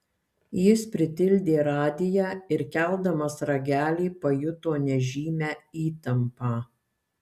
jis pritildė radiją ir keldamas ragelį pajuto nežymią įtampą